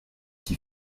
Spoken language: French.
qui